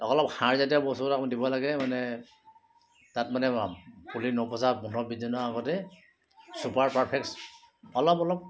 লগালগ সাৰজাতীয় বস্তুটো আপুনি দিব লাগে মানে তাত মানে পুলি নগজা পোন্ধৰ বিছ দিনৰ আগতে চুপাৰ পাৰ্ফেক্টছ অলপ অলপ